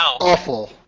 awful